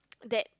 that